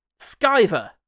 Skyver